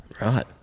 Right